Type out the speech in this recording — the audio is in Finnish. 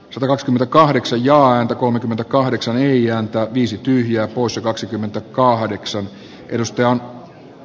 teen esityksen joka on kolmekymmentäkahdeksan eija antaa viisi tyhjää poissa kaksikymmentäkahdeksan edustajaa